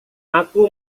aku